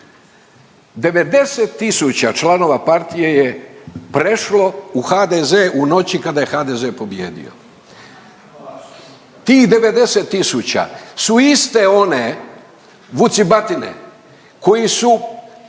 tisuća članova partije je prešlo u HDZ u noći kada je HDZ pobijedio. Tih 90 tisuća su iste one vucibatine koji su